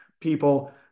people